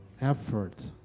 effort